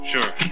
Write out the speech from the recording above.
Sure